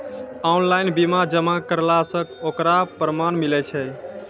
Online bill जमा करला से ओकरौ परमान मिलै छै?